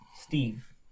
Steve